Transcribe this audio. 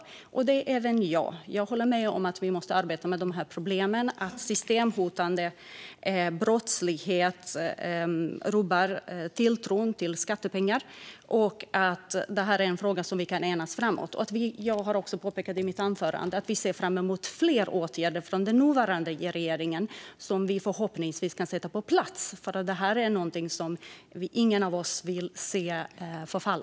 Det är även jag. Jag håller med om att vi måste arbeta med problemet med systemhotande brottslighet som rubbar tilltron till skattepengar och att detta är en fråga där vi kan enas framåt. Jag påpekade också i mitt anförande att vi ser fram emot fler åtgärder från den nuvarande regeringen som vi förhoppningsvis kan få på plats, för det här är någonting som ingen av oss vill se förfalla.